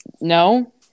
no